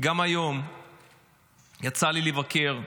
גם היום יצא לי לבקר משפחה,